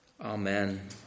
Amen